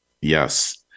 Yes